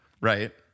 right